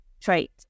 trait